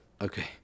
okay